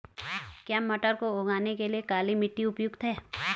क्या मटर को उगाने के लिए काली मिट्टी उपयुक्त है?